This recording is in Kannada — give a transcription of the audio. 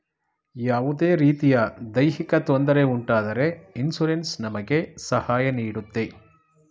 ಯಾವುದೇ ರೀತಿಯ ದೈಹಿಕ ತೊಂದರೆ ಉಂಟಾದರೆ ಇನ್ಸೂರೆನ್ಸ್ ನಮಗೆ ಸಹಾಯ ನೀಡುತ್ತೆ